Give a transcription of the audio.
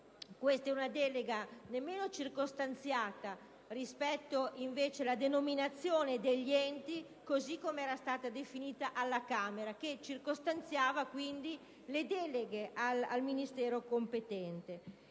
Questa è una delega nemmeno circostanziata rispetto invece alla denominazione degli enti così com'era stata definita alla Camera, che circostanziava quindi le deleghe al Ministero competente.